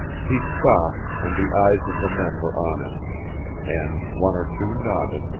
he stopped, and the eyes of the men were on him and one or two nodded,